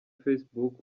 facebook